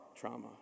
trauma